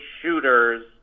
shooters